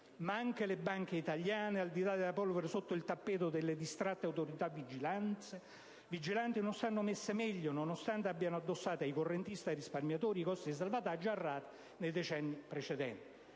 ma anche le banche italiane, al di là della polvere sotto il tappeto delle distratte autorità vigilanti, non stanno messe meglio, nonostante abbiano addossato ai correntisti ed ai risparmiatori i costi dei salvataggi a rate nei decenni precedenti.